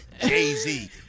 Jay-Z